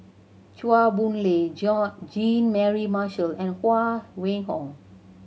Chua Boon Lay Jean Mary Marshall and Huang Wenhong